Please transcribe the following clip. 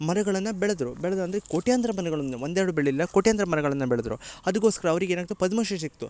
ಮರಗಳನ್ನ ಬೆಳೆದರು ಬೆಳೆದು ಅಂದರೆ ಕೋಟ್ಯಾಂತರ ಮರಗಳನ್ನು ಒಂದೆರಡು ಬೆಳಿಲಿಲ್ಲ ಕೋಟ್ಯಾಂತರ ಮರಗಳನ್ನ ಬೆಳೆದರು ಅದಕೊಸ್ಕರ ಅವ್ರಿಗೆ ಏನಾಗ್ತದೆ ಪದ್ಮಶ್ರೀ ಸಿಕ್ತು